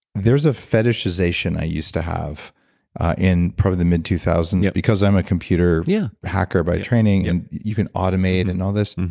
there's a fetishization i used to have in probably the mid two thousand s, yeah because i'm a computer yeah hacker by training and you can automate and all this.